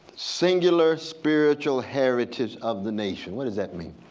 singular spiritual heritage of the nation. what does that mean?